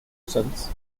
sons